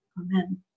Amen